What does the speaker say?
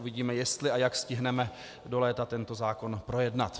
Uvidíme, jestli a jak stihneme do léta tento zákon projednat.